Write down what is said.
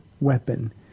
weapon